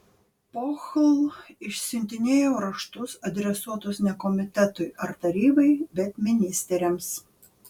pohl išsiuntinėjo raštus adresuotus ne komitetui ar tarybai bet ministeriams